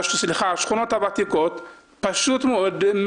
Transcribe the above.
מה שאנחנו רואים שם הוא פשוט מזעזע.